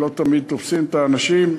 לא תמיד תופסים את האנשים.